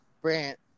Brant